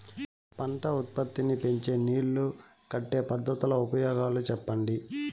పంట ఉత్పత్తి నీ పెంచే నీళ్లు కట్టే పద్ధతుల ఉపయోగాలు చెప్పండి?